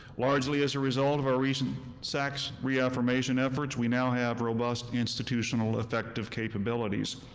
largely as a result of our recent sacs reaffirmation efforts, we now have robust institutional effectiveness capabilities.